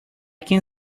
can